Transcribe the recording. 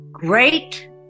Great